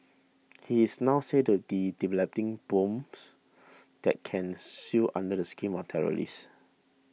he is now said to developing bombs that can sue under the skin of terrorists